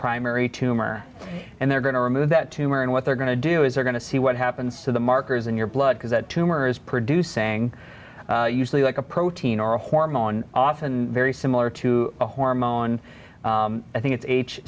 primary tumor and they're going to remove that tumor and what they're going to do is they're going to see what happens to the markers in your blood because that tumor is producing usually like a protein or a hormone often very similar to a hormone i think it's h